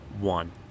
one